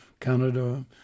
Canada